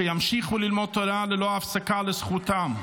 שימשיכו ללמוד תורה ללא הפסקה לזכותם.